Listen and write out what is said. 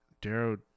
Darrow